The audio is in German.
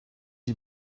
die